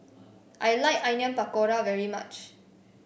I like Onion Pakora very much